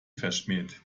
verschmäht